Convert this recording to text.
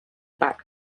back